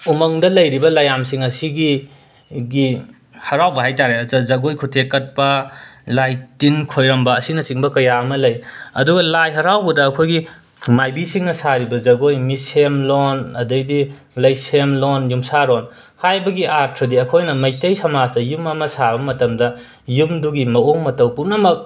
ꯎꯃꯪꯗ ꯂꯩꯔꯤꯕ ꯂꯥꯏꯌꯥꯝꯁꯤꯡ ꯑꯁꯤꯒꯤ ꯒꯤ ꯍꯔꯥꯎꯕ ꯍꯥꯏ ꯇꯥꯔꯦ ꯖꯒꯣꯏ ꯈꯨꯊꯦꯛ ꯀꯠꯄ ꯂꯥꯏ ꯇꯤꯟ ꯈꯣꯏꯔꯝꯕ ꯑꯁꯤꯅꯆꯤꯡꯕ ꯀꯌꯥ ꯑꯃ ꯂꯩ ꯑꯗꯨꯒ ꯂꯥꯏ ꯍꯔꯥꯎꯕꯗ ꯑꯩꯈꯣꯏꯒꯤ ꯃꯥꯏꯕꯤꯁꯤꯡꯅ ꯁꯥꯔꯤꯕ ꯖꯒꯣꯏ ꯃꯤꯁꯦꯝꯂꯣꯟ ꯑꯗꯩꯗꯤ ꯂꯩꯁꯦꯝꯂꯣꯟ ꯌꯨꯝꯁꯥꯔꯣꯟ ꯍꯥꯏꯕꯒꯤ ꯑꯥꯊ꯭ꯔꯗꯤ ꯑꯩꯈꯣꯏꯅ ꯃꯩꯇꯩ ꯁꯃꯥꯖꯇ ꯌꯨꯝ ꯑꯃ ꯁꯥꯕ ꯃꯇꯝꯗ ꯌꯨꯝꯗꯨꯒꯤ ꯃꯑꯣꯡ ꯃꯇꯧ ꯄꯨꯝꯅꯃꯛ